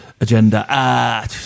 agenda